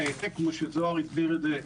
לאפקט כמו שזהר הסביר את זה,